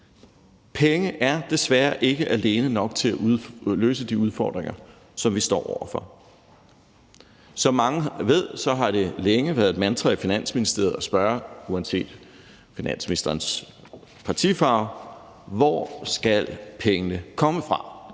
penge alene desværre ikke nok til at løse de udfordringer, som vi står over for. Som mange ved, har det længe været et mantra i Finansministeriet at spørge uanset finansministerens partifarve: Hvor skal pengene komme fra?